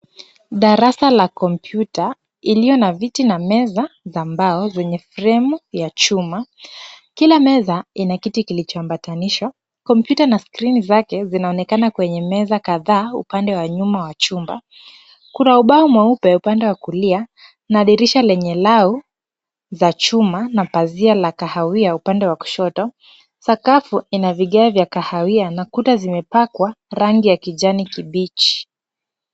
Darasa la kompyuta iliyo na viti na meza za mbao, zenye frame ya chuma. Kila meza ina kiti kilichoambatanishwa. Kompyuta na skrini zake zinaonekana kwenye meza kadhaa upande wa nyuma wa chumba. Kuna ubao mweupe upande wa kulia na dirisha lenye lau za chuma na pazia la kahawia upande wa kushoto. Sakafu ina vigae vya kahawia na kuta zimepakwa rangi ya kijani kibichi.